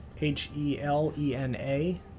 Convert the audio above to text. H-E-L-E-N-A